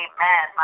Amen